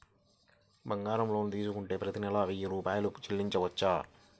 బంగారం లోన్ తీసుకుంటే ప్రతి నెల వెయ్యి రూపాయలు చెల్లించవచ్చా?